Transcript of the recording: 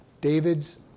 David's